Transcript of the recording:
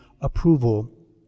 approval